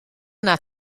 yna